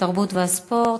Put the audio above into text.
התרבות והספורט.